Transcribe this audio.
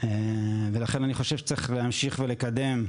ולכן אני חושב שצריך להמשיך ולקדם,